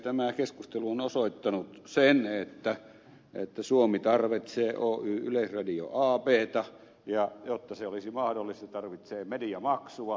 tämä keskustelu on osoittanut sen että suomi tarvitsee oy yleisradio abtä ja jotta se olisi mahdollista se tarvitsee mediamaksua